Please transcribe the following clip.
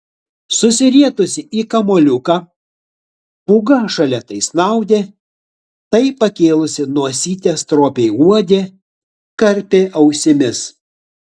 susirietusi į kamuoliuką pūga šalia tai snaudė tai pakėlusi nosytę stropiai uodė karpė ausimis